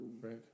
Right